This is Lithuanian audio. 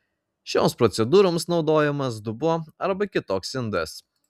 šioms procedūroms naudojamas dubuo arba kitoks indas